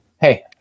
Hey